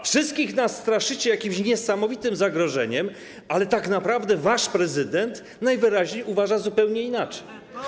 Wszystkich nas straszycie jakimś niesamowitym zagrożeniem, ale tak naprawdę wasz prezydent najwyraźniej uważa zupełnie inaczej.